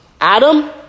Adam